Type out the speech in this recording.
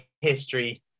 history